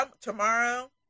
Tomorrow